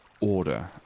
order